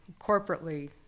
corporately